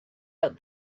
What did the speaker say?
out